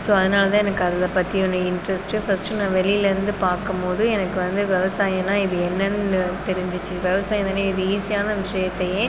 so அதனால் தான் எனக்கு அதில் பற்றி வந்து இன்டெரெஸ்டு ஃபர்ஸ்ட் நான் வெளியிலேருந்து பார்க்கும் போது எனக்கு வந்து விவசாயம்னா இது என்னெனனு தெரிஞ்சிச்சு விவசாயம் தானே இது ஈஸியான விசியத்தயே